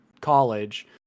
college